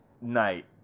Night